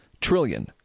trillion